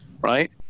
right